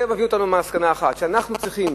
זה מביא אותנו למסקנה אחת: אנחנו צריכים